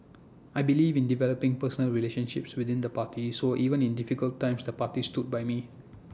I believe in developing personal relationships within the party so even in difficult times the party stood by me